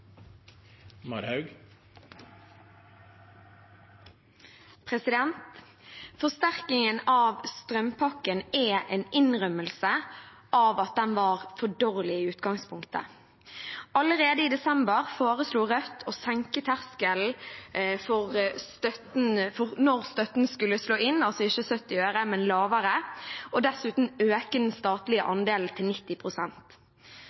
en innrømmelse av at den var for dårlig i utgangspunktet. Allerede i desember foreslo Rødt å senke terskelen for når støtten skulle slå inn – altså ikke på 70 øre, men lavere – og dessuten øke den statlige